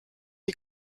die